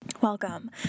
Welcome